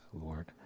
Lord